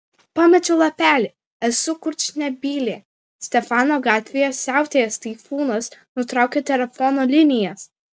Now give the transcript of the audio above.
pamečiau lapelį esu kurčnebylė stefano gatvėje siautėjęs taifūnas nutraukė telefono linijas